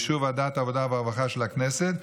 באישור ועדת העבודה והרווחה של הכנסת,